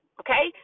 okay